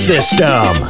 System